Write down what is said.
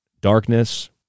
darkness